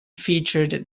featured